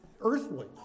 earthly